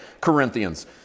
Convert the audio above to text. Corinthians